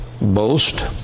boast